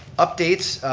updates,